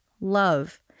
Love